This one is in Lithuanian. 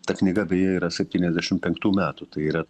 ta knyga beje yra septyniasdešim penktų metų tai yra